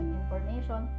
information